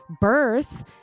birth